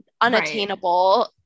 unattainable